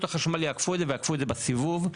החשמל יעקפו את זה ויעקפו את זה בסיבוב.